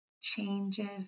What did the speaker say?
changes